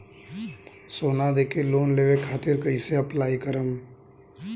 सोना देके लोन लेवे खातिर कैसे अप्लाई करम?